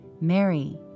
Mary